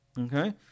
Okay